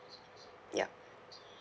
yup